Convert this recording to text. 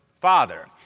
Father